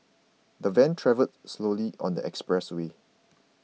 the van travelled slowly on the expressway